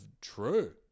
true